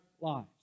lives